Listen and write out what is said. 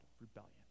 rebellion